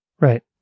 Right